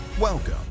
Welcome